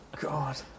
God